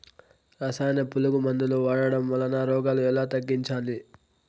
రసాయన పులుగు మందులు వాడడం వలన రోగాలు ఎలా తగ్గించాలి?